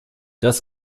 das